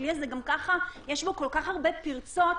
גם ככה יש בכלי הזה כל כך הרבה פרצות,